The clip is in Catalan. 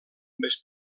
més